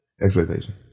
expectation